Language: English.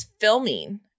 filming